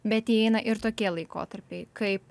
bet įeina ir tokie laikotarpiai kaip